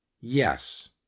Yes